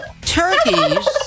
turkeys